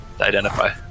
identify